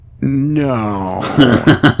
No